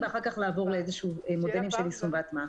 ואחר כך לעבור למודלים של יישום והטמעה.